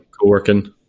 co-working